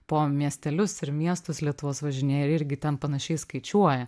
po miestelius ir miestus lietuvos važinėja ir irgi ten panašiai skaičiuoja